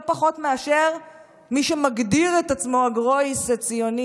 לא פחות מאשר מי שמגדיר את עצמו א גרויסע ציוני,